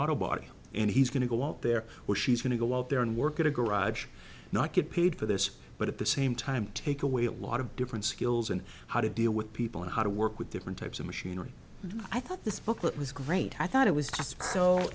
auto body and he's going to go out there which she's going to go out there and work at a garage not get paid for this but at the same time take away a lot of different skills and how to deal with people how to work with different types of machinery i think this booklet was great i thought it was